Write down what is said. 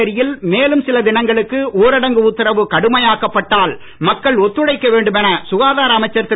புதுச்சேரியில் மேலும் சில தினங்களுக்கு ஊரடங்கு உத்தரவு கடுமையாக்கப் பட்டால் மக்கள் ஒத்துழைக்க வேண்டும் என சுகாதார அமைச்சர் திரு